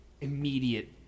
immediate